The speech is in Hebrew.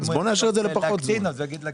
ואם --- יקטין אז הוא יגיד להקטין.